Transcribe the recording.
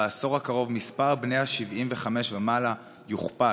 בעשור הקרוב מספר בני ה-75 ומעלה יוכפל.